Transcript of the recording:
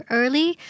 early